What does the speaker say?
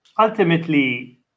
Ultimately